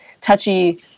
touchy